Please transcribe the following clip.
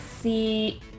see